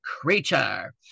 creature